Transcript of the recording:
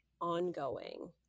ongoing